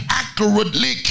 accurately